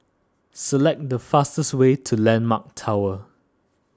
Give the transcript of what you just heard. select the fastest way to Landmark Tower